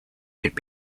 could